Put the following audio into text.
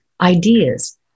ideas